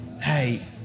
Hey